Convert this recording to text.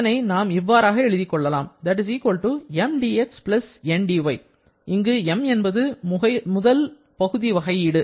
இதனை நாம் இவ்வாறாக எழுதிக் கொள்ளலாம் Mdx Ndy இங்கு M என்பது முதல் பகுதி வகையீடு